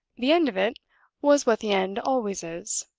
the end of it was what the end always is,